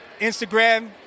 Instagram